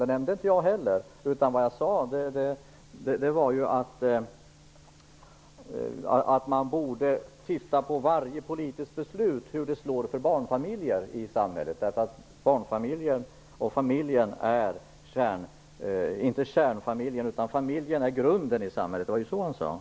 Det nämnde inte jag heller. Vad jag sade var att man borde titta på hur varje politiskt beslut slår för barnfamiljer i samhället. Barnfamiljen och familjen är grunden i samhället. Det var så han sade.